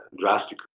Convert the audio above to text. drastically